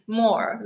more